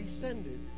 descended